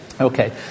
Okay